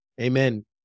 Amen